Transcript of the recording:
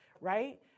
right